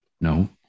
No